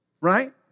right